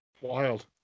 wild